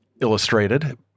illustrated